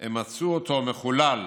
הם מצאו אותו מחולל,